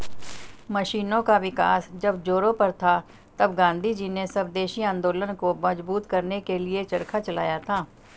मशीनों का विकास जब जोरों पर था तब गाँधीजी ने स्वदेशी आंदोलन को मजबूत करने के लिए चरखा चलाया था